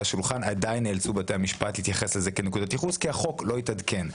השולחן עדיין נאלצו בתי המשפט להתייחס לזה כנקודת ייחוס כי החוק לא התעדכן,